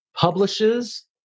publishes